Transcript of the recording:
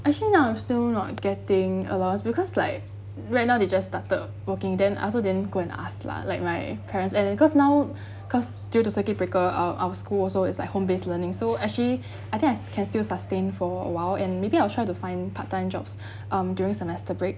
actually now I'm still not getting allowance because like right now they just started working then I also didn't go and ask lah like my parents and then because now because due to circuit breaker our our school also it's like home based learning so actually I think I can still sustain for awhile and maybe I'll try to find part time jobs um during semester break